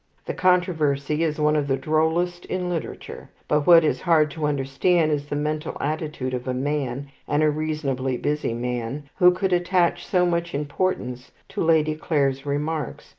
the controversy is one of the drollest in literature but what is hard to understand is the mental attitude of a man and a reasonably busy man who could attach so much importance to lady clare's remarks,